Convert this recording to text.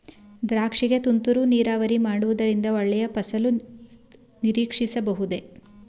ದ್ರಾಕ್ಷಿ ಗೆ ತುಂತುರು ನೀರಾವರಿ ಮಾಡುವುದರಿಂದ ಒಳ್ಳೆಯ ಫಸಲು ನಿರೀಕ್ಷಿಸಬಹುದೇ?